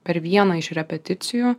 per vieną iš repeticijų